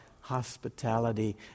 hospitality